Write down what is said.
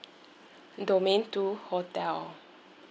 domain two hotel